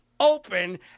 Open